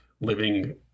living